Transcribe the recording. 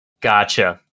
Gotcha